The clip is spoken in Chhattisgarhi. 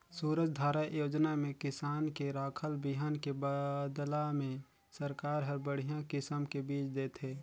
सूरजधारा योजना में किसान के राखल बिहन के बदला में सरकार हर बड़िहा किसम के बिज देथे